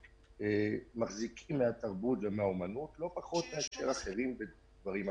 אנחנו מחזיקים מהתרבות והאומנות לא פחות מאשר דברים אחרים,